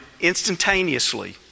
instantaneously